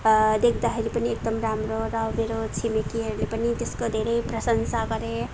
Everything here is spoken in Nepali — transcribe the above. देख्दाखेरि पनि एकदम राम्रो र मेरो छिमेकीहरूले पनि त्यसको धेरै प्रशंसा गरे